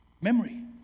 Memory